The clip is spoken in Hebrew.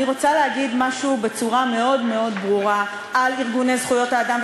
אני רוצה להגיד משהו בצורה מאוד מאוד ברורה על ארגוני זכויות האדם,